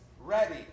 ready